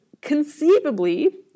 conceivably